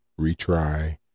retry